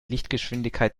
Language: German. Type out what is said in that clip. lichtgeschwindigkeit